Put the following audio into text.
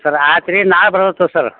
sir ಆಯ್ತ್ ರೀ ನಾಳೆ ಬರುತ್ತೆ ಸರ್ರ